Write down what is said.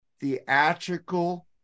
theatrical